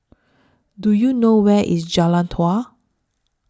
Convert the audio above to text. Do YOU know Where IS Jalan Dua